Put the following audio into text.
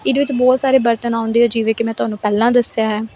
ਇਹਦੇ ਵਿੱਚ ਬਹੁਤ ਸਾਰੇ ਬਰਤਨ ਆਉਂਦੇ ਆ ਜਿਵੇਂ ਕਿ ਮੈਂ ਤੁਹਾਨੂੰ ਪਹਿਲਾਂ ਦੱਸਿਆ ਹੈ